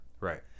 Right